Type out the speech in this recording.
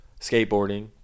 skateboarding